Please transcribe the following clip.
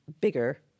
bigger